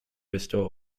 restore